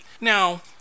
Now